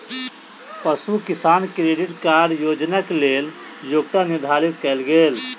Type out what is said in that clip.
पशु किसान credit card योजनाक लेल योग्यता निर्धारित कयल गेल